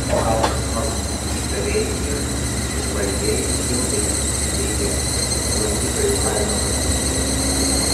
o gal kas nors įtariai ir įžvalgiai hildai įteigė kad lankytoju galima pasitikėti